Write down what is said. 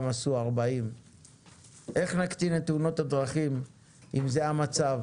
עשו 40. איך נקטין את תאונות הדרכים אם זה המצב?